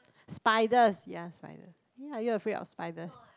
spiders ya spiders ya you are afraid of spiders